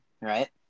right